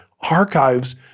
archives